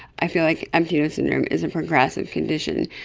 i feel like empty nose syndrome is a progressive condition,